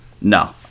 no